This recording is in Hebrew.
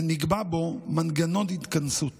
ונקבע בו מנגנון התכנסות